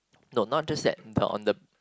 no not just that the on the